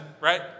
right